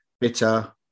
Bitter